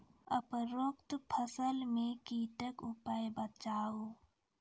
उपरोक्त फसल मे कीटक उपाय बताऊ?